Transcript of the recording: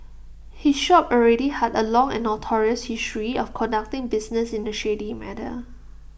his shop already had A long and notorious history of conducting business in A shady manner